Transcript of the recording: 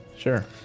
Sure